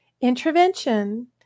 Intervention